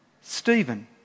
Stephen